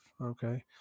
Okay